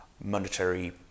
monetary